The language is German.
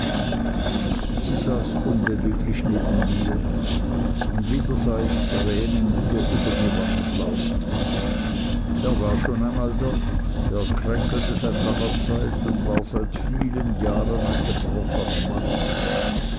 sie saß unbeweglich neben mir und wieder sah ich tränen ihr über die wangen laufen er war schon einmal dort er kränkelte seit langer zeit und war schon seit vielen jahren ein gebrochener mann